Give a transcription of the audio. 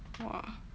!wah!